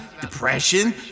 depression